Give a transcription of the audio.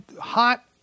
hot